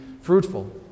fruitful